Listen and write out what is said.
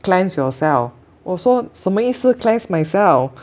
cleanse yourself 我说什么意思 cleanse myself